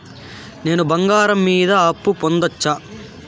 నేను బంగారం మీద అప్పు పొందొచ్చా?